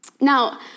Now